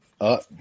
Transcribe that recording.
up